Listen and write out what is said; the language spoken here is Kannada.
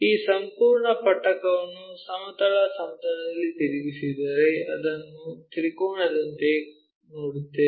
ಈ ಸಂಪೂರ್ಣ ಪಟ್ಟಕವನ್ನು ಸಮತಲ ಸಮತಲದಲ್ಲಿ ತಿರುಗಿಸುತ್ತಿದ್ದರೆ ಅದನ್ನು ತ್ರಿಕೋನದಂತೆ ನೋಡುತ್ತೇವೆ